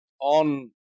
on